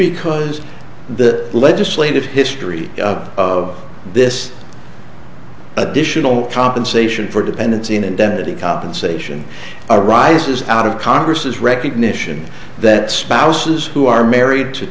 because the legislative history of this additional compensation for dependency and indemnity compensation arises out of congress's recognition that spouses who are married to